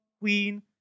queen